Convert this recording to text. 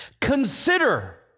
Consider